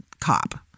cop